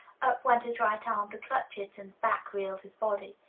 up went his right arm to clutch it, and back reeled his body.